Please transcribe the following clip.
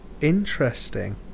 Interesting